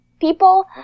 people